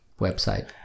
website